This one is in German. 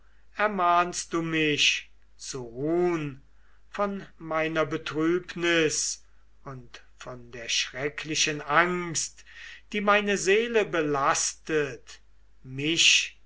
ermahnst du mich zu ruhn von meiner betrübnis und von der schrecklichen angst die meine seele belastet mich